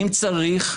אם צריך,